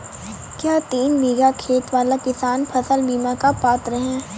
क्या तीन बीघा खेत वाला किसान फसल बीमा का पात्र हैं?